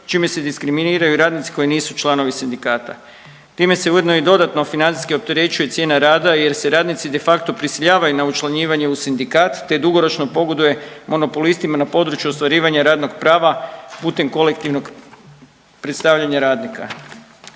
čime se diskriminiraju radnici koji nisu članovi sindikata. Time se ujedno i dodatno financijski opterećuje cijena rad jer se radnici de facto prisiljavaju na učlanjivanje u sindikat te dugoročno pogoduje monopolistima na području ostvarivanja radnog prava putem kolektivnog predstavljanja radnika.